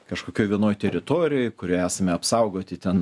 kažkokioj vienoj teritorijoj kurioj esame apsaugoti ten